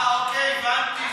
אוקיי, הבנתי.